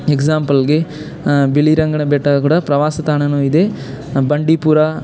ಎಗ್ಸಾಂಪಲ್ಗೆ ಬಿಳಿ ರಂಗನ ಬೆಟ್ಟ ಕೂಡ ಪ್ರವಾಸ ತಾಣವೂ ಇದೆ ಬಂಡಿಪುರ